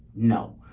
no.